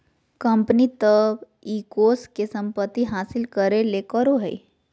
company तब इ कोष के संपत्ति हासिल करे ले करो हइ